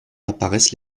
apparaissent